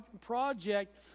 project